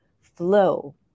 Flow